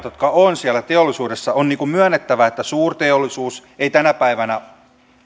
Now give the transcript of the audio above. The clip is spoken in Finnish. jotka ovat siellä teollisuudessa on myönnettävä että suurteollisuus ei tänä päivänä